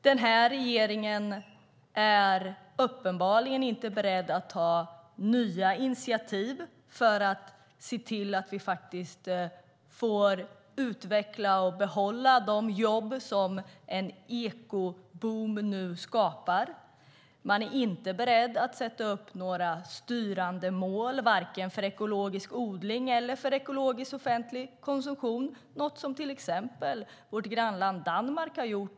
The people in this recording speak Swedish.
Den här regeringen är uppenbarligen inte beredd att ta nya initiativ för att se till att vi får utveckla och behålla de jobb som en ekoboom nu skapar. Regeringen är inte beredd att sätta upp några styrande mål, varken för ekologisk odling eller för ekologisk offentlig konsumtion. Det har till exempel vårt grannland Danmark gjort.